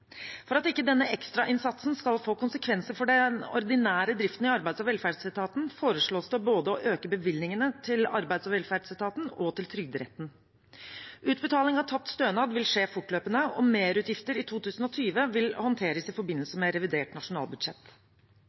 For at ikke denne ekstrainnsatsen skal få konsekvenser for den ordinære driften i arbeids- og velferdsetaten, foreslås det å øke bevilgningene både til arbeids- og velferdsetaten og til Trygderetten. Utbetaling av tapt stønad vil skje fortløpende, og merutgifter i 2020 vil håndteres i forbindelse med revidert nasjonalbudsjett.